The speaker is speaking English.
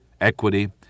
equity